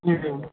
ம்